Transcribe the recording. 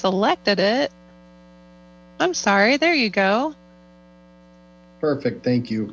select it i'm sorry there you go perfect thank you